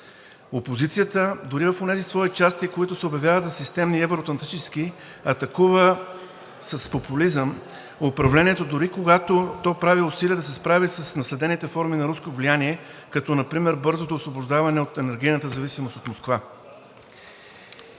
Опозицията дори в онези свои части, които се обявяват за системни и евро-атлантически, атакува с популизъм управлението дори когато то прави усилия да се справи с наследените форми на руско влияние, като например бързото освобождаване от енергийната зависимост от Москва.